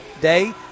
Day